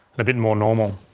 a bit more normal